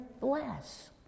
bless